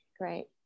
Great